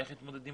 איך מתנהלים